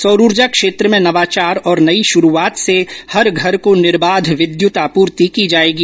सौर ऊर्जा क्षेत्र में नवाचार और नई शुरूआत से हर घर को निर्बाध विद्युत आपूर्ति की जाएगी